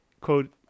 quote